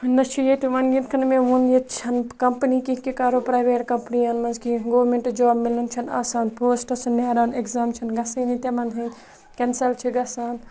نَہ چھِ ییٚتہِ وۄنۍ یِتھ کٔنۍ مےٚ ووٚن ییٚتہِ چھَنہٕ کَمپٔنی کِہںی کہِ کَرو پرٛایویٹ کَمپٔنِیَن منٛز کیٚنٛہہ گورمٮ۪نٛٹ جاب مِلُن چھَنہٕ آسان پوسٹَس چھِ نیران اٮ۪گزام چھَنہٕ گَژھٲنی تِمَن ہٕنٛدۍ کٮ۪نسَل چھِ گژھان